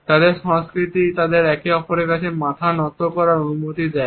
তাদের সংস্কৃতি তাদের একে অপরের কাছে মাথা নত করার অনুমতি দেয়